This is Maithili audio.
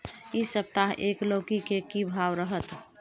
इ सप्ताह एक लौकी के की भाव रहत?